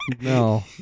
No